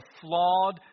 flawed